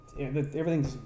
everything's